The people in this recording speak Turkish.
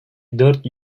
dört